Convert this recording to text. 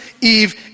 Eve